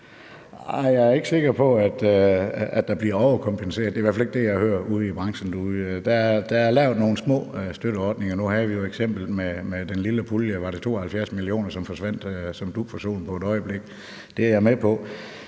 Jeg er ikke sikker på, at der bliver overkompenseret. Det er i hvert fald ikke det, jeg hører ude i branchen. Der er lavet nogle små støtteordninger. Nu havde vi jo eksemplet med den lille pulje. Var det 72 mio. kr., som forsvandt som dug for solen på et øjeblik? Vi er generelt